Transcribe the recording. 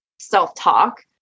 self-talk